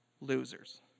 losers